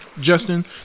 justin